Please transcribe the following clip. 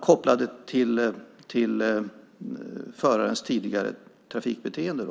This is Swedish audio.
kopplat till förarens tidigare trafikbeteende.